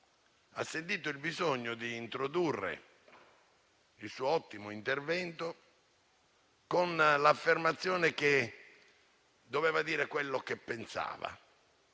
ha sentito il bisogno di introdurre il suo ottimo intervento con l'affermazione che doveva dire quello che pensava,